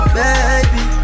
baby